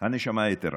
הנשמה היתרה.